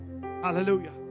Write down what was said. Hallelujah